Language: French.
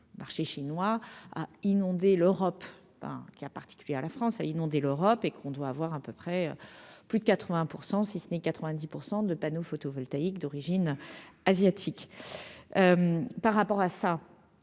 marché chinois à inonder l'Europe ben qui a particulier à la France à inonder l'Europe et qu'on doit avoir à peu près plus de 80 % si ce n'est 90 % de panneaux photovoltaïques d'origine asiatique, par rapport à ça.